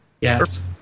Yes